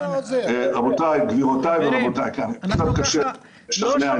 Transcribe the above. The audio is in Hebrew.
גבירותיי ורבותיי, קצת קשה לשכנע.